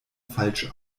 falsch